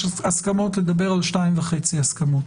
לדבר על שתיים וחצי הסכמות,